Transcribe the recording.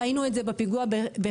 ראינו את זה בפיגוע בחדרה.